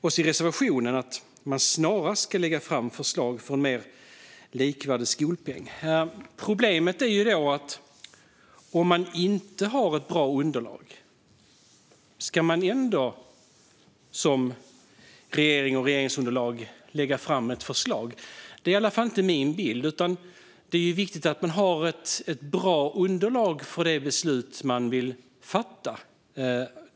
Och i reservationen står det att man snarast ska lägga fram förslag för en mer likvärdig skolpeng. Då finns det ett problem. Om man inte har ett bra underlag, ska man då ändå som regering och regeringsunderlag lägga fram ett förslag? Det är i alla fall inte min bild. Det är viktigt att man har ett bra underlag för det beslut som man vill fatta.